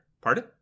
Pardon